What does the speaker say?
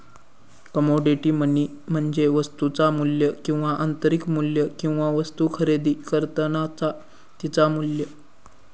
commodity money म्हणजे वस्तुचा मू्ल्य किंवा आंतरिक मू्ल्य किंवा वस्तु खरेदी करतानाचा तिचा मू्ल्य